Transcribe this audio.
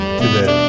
today